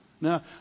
Now